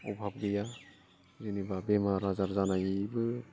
अभाब गैया जेनेबा बेमार आजार जानायबो